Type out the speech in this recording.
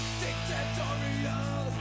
dictatorial